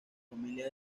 familia